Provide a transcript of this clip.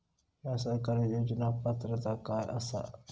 हया सरकारी योजनाक पात्रता काय आसा?